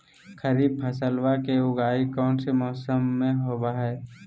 खरीफ फसलवा के उगाई कौन से मौसमा मे होवय है?